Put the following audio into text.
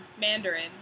Mandarin